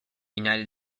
united